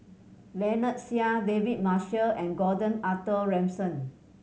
Lynnette Seah David Marshall and Gordon Arthur Ransome